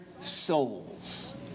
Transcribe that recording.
souls